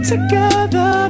Together